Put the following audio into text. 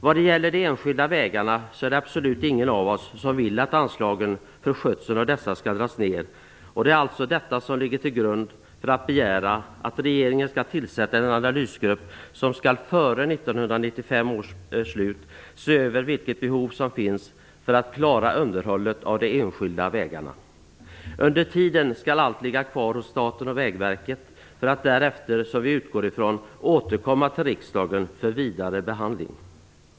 Vad gäller de enskilda vägarna vill absolut ingen av oss att anslagen för skötsel av dessa skall dras ner. Det är alltså detta som ligger till grund för att begära att regeringen skall tillsätta en analysgrupp som före 1995 års slut skall se över vilket behov som finns för att klara underhållet av de enskilda vägarna. Under tiden skall allt ligga kvar hos staten och Vägverket för att därefter - vilket vi utgår ifrån - återkomma till riksdagen för vidare behandling.